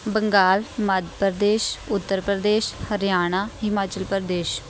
Bengal Madhya Pradesh Uttar Pradesh Haryana Himachal Pradesh